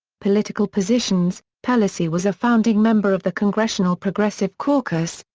political positions pelosi was a founding member of the congressional progressive caucus,